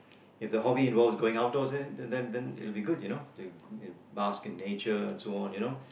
if the hobbies involves going outdoors then then then it'll be good you know bask in nature and so on you know